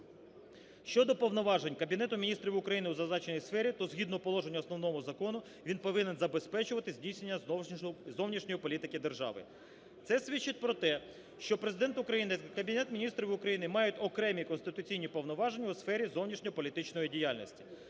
Щодо повноважень Кабінету Міністрів України у зазначеній сфері, то, згідно положень основного закону, він повинен забезпечувати здійснення зовнішньої політики держави. Це свідчить про те, що Президент України, Кабінет Міністрів України мають окремі конституційні повноваження у сфері зовнішньополітичної діяльності.